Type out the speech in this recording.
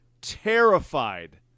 terrified